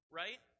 right